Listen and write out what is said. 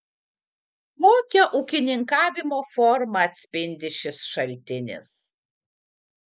kokią ūkininkavimo formą atspindi šis šaltinis